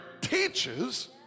teaches